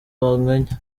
banganya